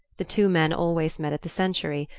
the two men always met at the century,